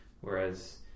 Whereas